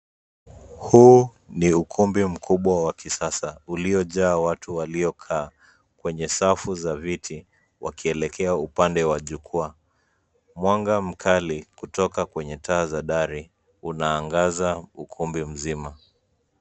Huu ni ukumbi mkubwa wa kisasa, uliojaa watu waliokaa, kwenye safu za viti, wakielekea upande wa jukwaa. Mwanga mkali kutoka kwenye taa za dari, unaangaza ukumbi mzima.